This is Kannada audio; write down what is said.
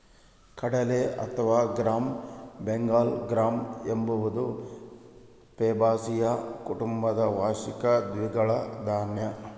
ಕಡಲೆ ಅಥವಾ ಗ್ರಾಂ ಬೆಂಗಾಲ್ ಗ್ರಾಂ ಎಂಬುದು ಫ್ಯಾಬಾಸಿಯ ಕುಟುಂಬದ ವಾರ್ಷಿಕ ದ್ವಿದಳ ಧಾನ್ಯ